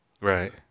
Right